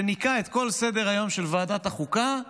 שניקה את כל סדר-היום של ועדת החוקה,